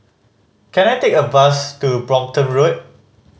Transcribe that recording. can I take a bus to Brompton Road